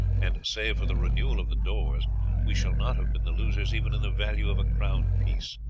and save for the renewal of the doors we shall not have been the losers even in the value of a crown piece.